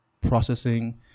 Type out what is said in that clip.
processing